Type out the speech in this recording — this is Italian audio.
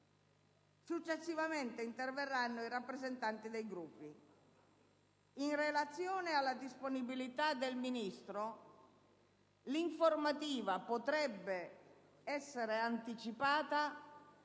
Successivamente interverranno i rappresentanti dei Gruppi. In relazione alla disponibilità del Ministro l'informativa potrebbe essere anticipata